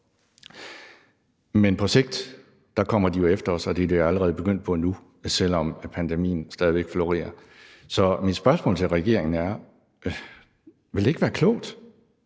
men på sigt kommer de jo efter os, og det er de allerede begyndt på nu, selv om pandemien stadig væk florerer. Så mit spørgsmål til regeringen er: Vil det ikke være klogt